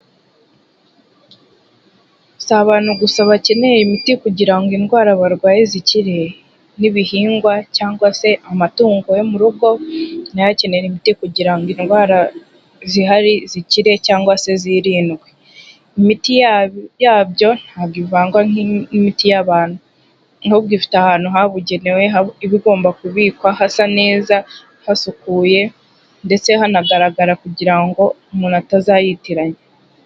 Si abantu gusa bakeneye imiti kugira ngo indwara barwaye zikire. N'ibihingwa cyangwa se amatungo yo mu rugo, na yo akenere imiti kugira indwara zihari zikire, cyangwa se zirindwe. Imiti yabyo, ntabwo ivangwa n'imiti y'abantu. Ahubwo ifite ahantu habugenewe iba igomba kubikwa, hasa neza, hasukuye ndetse hanagaragara, kugira ngo umuntu atazayitiranya.